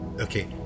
Okay